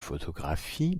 photographie